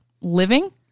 living